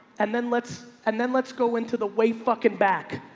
and then let's, and then let's go into the way fucking back.